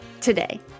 Today